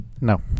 No